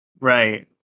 Right